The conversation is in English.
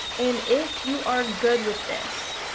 and if you are good with this,